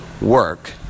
work